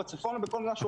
או בצפון או בכל משהו אחר.